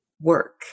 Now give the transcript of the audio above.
work